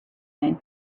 man